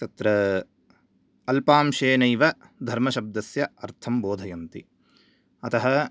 तत्र अल्पांशेनैव धर्मशब्दस्य अर्थं बोधयन्ति अतः